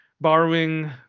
borrowing